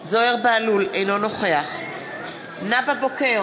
אינו נוכח נאוה בוקר,